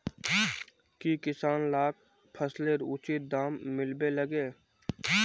की किसान लाक फसलेर उचित दाम मिलबे लगे?